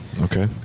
Okay